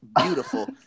beautiful